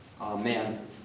Amen